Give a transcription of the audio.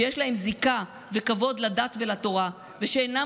שיש להם זיקה וכבוד לדת ולתורה ושאינם